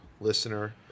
listener